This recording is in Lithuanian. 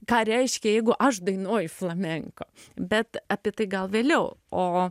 ką reiškia jeigu aš dainoju flamenko bet apie tai gal vėliau o